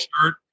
shirt